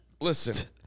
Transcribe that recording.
Listen